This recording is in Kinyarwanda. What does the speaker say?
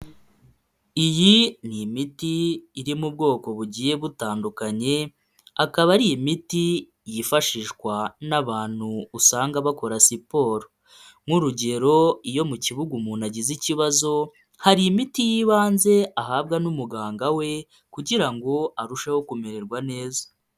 Iyi ni imiti iri mu bwoko bugiye butandukanye akaba ari imiti yifashishwa n'abantu usanga bakora siporo nk'urugero iyo mu kibuga umuntu agize ikibazo hari imiti y'ibanze ahabwa n'umuganga we kugira ngo arusheho kumererwa neza.